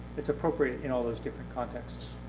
it's appropriate in all those different contexts.